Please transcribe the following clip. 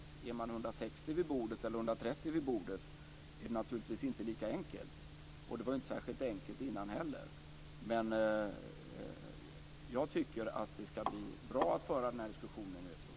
Det är naturligtvis inte lika enkelt om man är 130 eller 160 vid bordet. Det var inte heller dessförinnan särskilt enkelt, men jag tycker att det skall bli bra att föra den här diskussionen i WTO.